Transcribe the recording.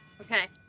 Okay